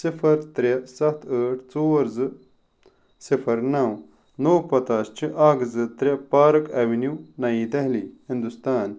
صفر ترٛےٚ ستھ ٲٹھ ژور زٕ صفر نَو نوٚو پتہ چھُ اکھ زٕ ترٛےٚ پارک ایٚونِو نئی دہلی ہنٛدوستان